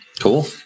Cool